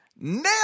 Nailed